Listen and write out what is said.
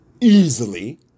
easily